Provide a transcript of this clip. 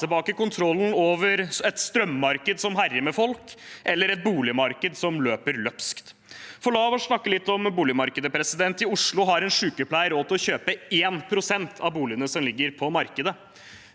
tilbake kontrollen over et strømmarked som herjer med folk, eller et boligmarked som løper løpsk. La oss snakke litt om boligmarkedet: I Oslo har en sykepleier råd til å kjøpe 1 pst. av boligene som ligger på markedet.